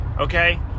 Okay